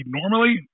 normally